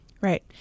Right